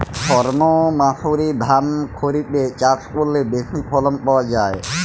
সর্ণমাসুরি ধান খরিপে চাষ করলে বেশি ফলন পাওয়া যায়?